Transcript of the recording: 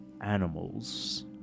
animals